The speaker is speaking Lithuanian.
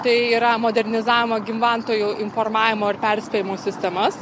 tai yra modernizavimo gymventojų informavimo ir perspėjimo sistemas